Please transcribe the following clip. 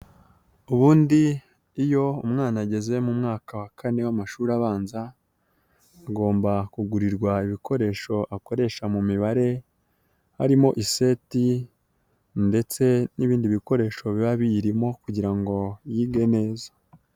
Ubundi iyo umwana ageze mu mwaka wa kane w'amashuri abanza agomba kugurirwa ibikoresho akoresha mu mibare harimo iseti ndetse n'ibindi bikoresho biba biyirimo kugira ngo yige neza.